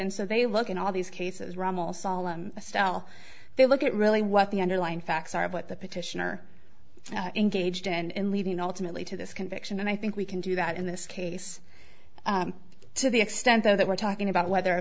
and so they look at all these cases rommel solemne style they look at really what the underlying facts are what the petitioner engaged in and in leaving alternately to this conviction and i think we can do that in this case to the extent though that we're talking about whether a